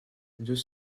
deux